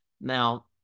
Now